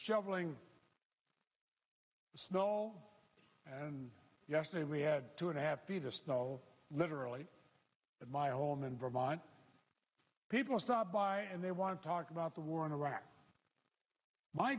shoveling snow and yesterday we had two and a half feet of snow literally at my home in vermont people stop by and they want to talk about the war in iraq